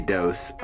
Dose